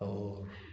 और